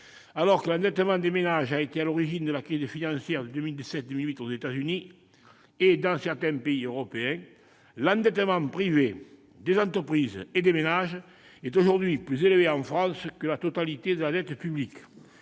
Alors que l'endettement des ménages a été à l'origine de la crise financière de 2007-2008 aux États-Unis et dans certains pays européens, l'endettement privé, des entreprises et des ménages, est aujourd'hui plus élevé en France que la totalité de la dette publique.